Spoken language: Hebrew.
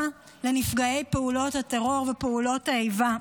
לנפגעי פעולות הטרור ופעולות האיבה.